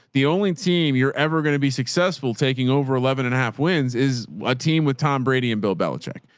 the only team you're ever going to be successful taking over eleven and a half wins is a team with tom brady and bill bellacheck.